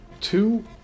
two